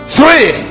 Three